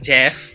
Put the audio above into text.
Jeff